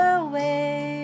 away